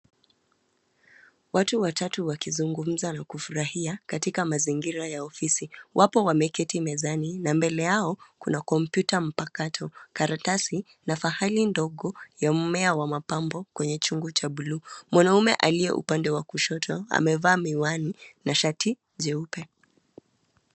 Watu watatu wakizungmza na kufurahia katika mazingira ya ofisi. Wapo wameketi mezani, na mbele yao kuna kompyuta mpakato, karatasi na fahali ndogo ya mmea wa mapambo kwenye chungu cha buluu. Mwanaume aliye upande wa kushoto amevaa miwani na shati jeupe.